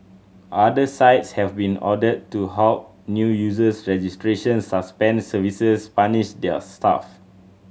other sites have been ordered to halt new users registrations suspend services punish their staff